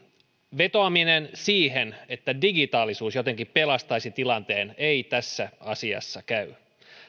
vetoaminen siihen että digitaalisuus jotenkin pelastaisi tilanteen ei tässä asiassa käy